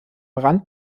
rand